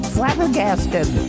Flabbergasted